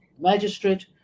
magistrate